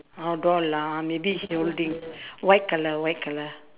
oh doll ah maybe he holding white colour white colour